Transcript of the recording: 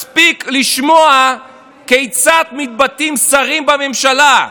מספיק לשמוע כיצד מתבטאים שרים בממשלה.